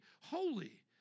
holy